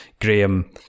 Graham